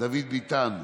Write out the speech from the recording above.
דוד ביטן,